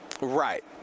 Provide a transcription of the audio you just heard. right